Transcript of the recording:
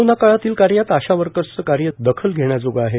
कोरोनाकाळातील कार्यात आशा वर्कर्सचे कार्य दखल घेण्याजोगे आहे